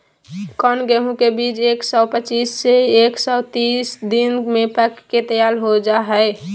कौन गेंहू के बीज एक सौ पच्चीस से एक सौ तीस दिन में पक के तैयार हो जा हाय?